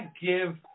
give